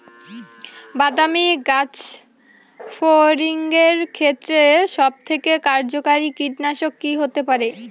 বাদামী গাছফড়িঙের ক্ষেত্রে সবথেকে কার্যকরী কীটনাশক কি হতে পারে?